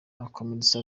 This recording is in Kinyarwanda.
akomeretsa